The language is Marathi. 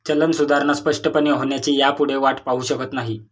चलन सुधारणा स्पष्टपणे होण्याची ह्यापुढे वाट पाहु शकत नाही